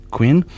Queen